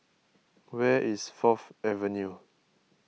where is Fourth Avenue